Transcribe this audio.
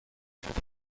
نداختی